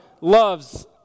loves